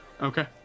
okay